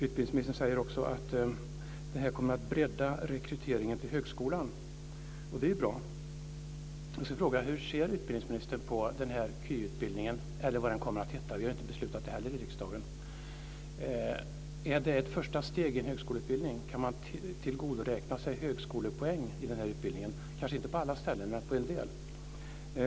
Utbildningsministern säger också att detta kommer att bredda rekryteringen till högskolan, och det är bra. Jag skulle vilja fråga hur utbildningsministern ser på denna KY-utbildning - om den nu kommer att heta så. Vi har ju inte beslutat det heller i riksdagen. Är det ett första steg i en högskoleutbildning? Kan man tillgodoräkna sig högskolepoäng på denna utbildning på en del ställen, även om det inte gäller alla?